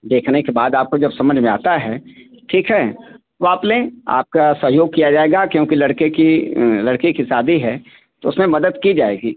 देखने के बाद आपको जब समझ में आता है ठीक है तो आप लें आपका सहेयोग किया जाएगा क्योंकि लड़के की लड़के की शादी है तो उसमें मदद की जाएगी